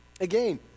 Again